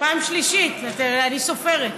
פעם שלישית, אני סופרת.